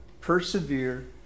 persevere